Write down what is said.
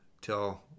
till